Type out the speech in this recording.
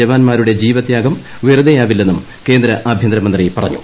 ജവാന്മാരുടെ ജീവത്യാഗം വെറുതെയാവില്ലെന്നും കേന്ദ്ര ആഭ്യന്തരമന്ത്രി പറഞ്ഞു